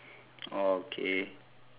okay